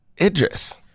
Idris